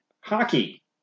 hockey